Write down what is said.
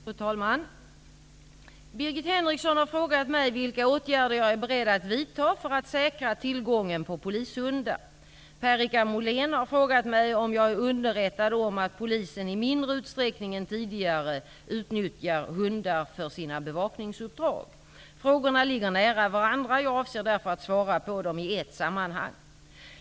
Fru talman! Birgit Henriksson har frågat mig vilka åtgärder jag är beredd att vidta för att säkra tillgången på polishundar. Per-Richard Molén har frågat mig om jag är underrättad om att polisen i mindre utsträckning än tidigare utnyttjar hundar för sina bevakningsuppdrag. Frågorna ligger nära varandra. Jag avser därför att svara på dem i ett sammanhang.